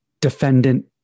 defendant